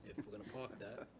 if we're going to park that.